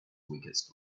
weakest